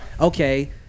okay